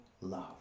love